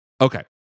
Okay